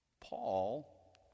Paul